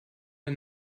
der